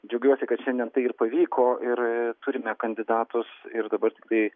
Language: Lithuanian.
džiaugiuosi kad šiandien tai ir pavyko ir turime kandidatus ir dabar tiktai